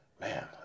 Man